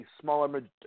smaller